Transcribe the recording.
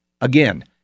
Again